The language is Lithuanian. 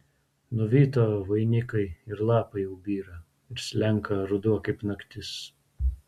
nuvyto vainikai ir lapai jau byra ir slenka ruduo kaip naktis